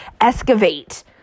excavate